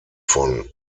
von